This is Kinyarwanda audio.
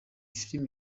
film